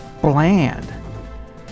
bland